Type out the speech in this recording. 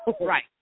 right